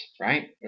right